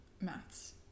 maths